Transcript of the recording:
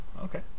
okay